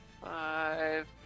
five